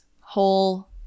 whole